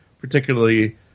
Particularly